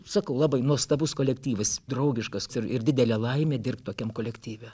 sakau labai nuostabus kolektyvas draugiškas ir ir didelė laimė dirbt tokiam kolektyve